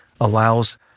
allows